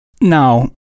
Now